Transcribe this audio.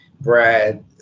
Brad